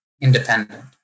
independent